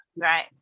Right